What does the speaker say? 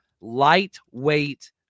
lightweight